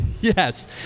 Yes